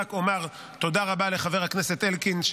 רק אומר תודה רבה לחבר הכנסת אלקין,